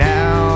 Now